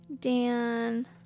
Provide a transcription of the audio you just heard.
Dan